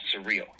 surreal